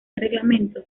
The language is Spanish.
reglamentos